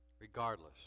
Regardless